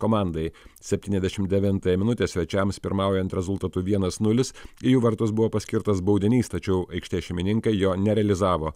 komandai septyniasdešim devintąją minutę svečiams pirmaujant rezultatu vienas nulis į jų vartus buvo paskirtas baudinys tačiau aikštės šeimininkai jo nerealizavo